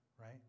right